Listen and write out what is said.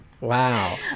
Wow